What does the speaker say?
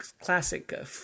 classic